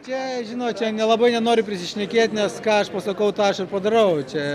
čia žinot čia nelabai nenoriu prisišnekėt nes ką aš pasakau tą aš ir padarau čia